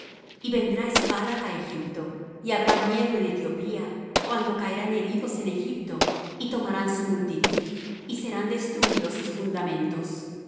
y vendrá espada á egipto y habrá miedo en etiopía cuando caerán heridos en egipto y tomarán su multitud y serán destruídos sus fundamentos